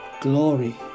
Glory